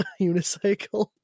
unicycle